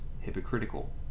hypocritical